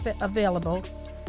available